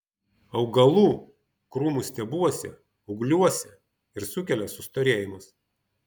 augalų krūmų stiebuose ūgliuose ir sukelia sustorėjimus